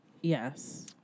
Yes